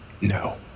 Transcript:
No